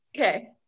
Okay